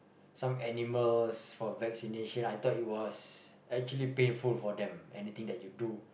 some animals for vaccination I thought it was actually painful for them anything that you do